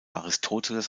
aristoteles